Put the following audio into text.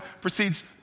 proceeds